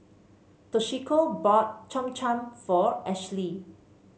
Toshiko bought Cham Cham for Ashely